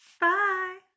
Bye